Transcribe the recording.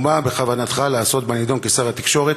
מה בכוונתך לעשות בנדון כשר התקשורת?